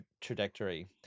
trajectory